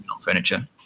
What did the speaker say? furniture